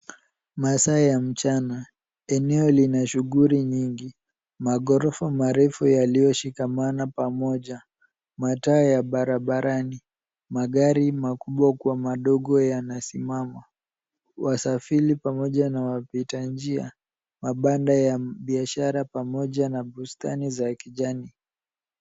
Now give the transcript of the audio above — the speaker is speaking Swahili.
Masaa ya mchana. Eneo lina shughuli nyingi. Maghorofa marefu yaliyoshikana pamoja. Mataa ya barabarani. Magari makubwa kwa madogo yanasimama. Wasafiri pamoja na wapita njia. Mabanda ya biashara pamoja na bustani za kijani.